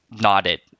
nodded